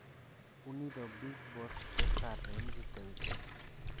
ᱩᱱᱤ ᱫᱚ Bigg Boss ᱛᱮᱥᱟᱨ ᱨᱮᱱ ᱡᱤᱛᱟᱹᱣᱤᱡ